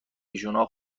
ایشونا